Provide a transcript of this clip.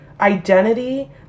identity